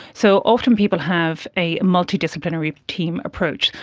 so often people have a multidisciplinary team approach.